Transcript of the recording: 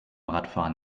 radfahren